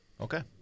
Okay